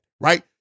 right